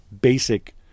basic